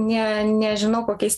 ne nežinau kokiais